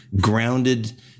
grounded